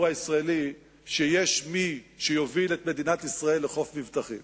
הישראלי שיש מי שיוביל את מדינת ישראל לחוף מבטחים.